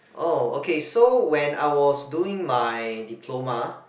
orh okay so when I was doing my diploma